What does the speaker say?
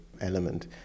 element